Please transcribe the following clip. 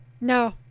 No